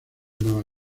nueva